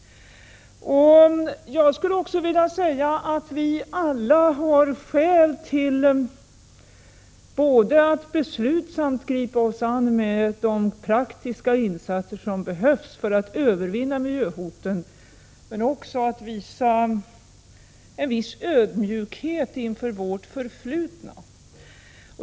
Jag skulle också vilja säga att vi alla har skäl både att beslutsamt gripa oss an med de praktiska insatser som behövs för att övervinna miljöhoten och att visa en viss ödmjukhet inför vårt förflutna.